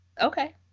okay